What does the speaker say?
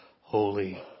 holy